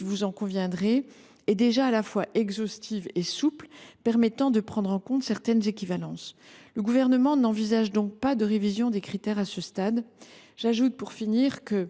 vous en conviendrez, cette liste est déjà à la fois exhaustive et souple, ce qui permet de prendre en compte certaines équivalences. Le Gouvernement n’envisage donc pas de révision des critères à ce stade. J’ajoute que